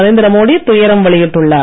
நரேந்திரமோடி துயரம் வெளியிட்டுள்ளார்